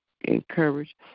encourage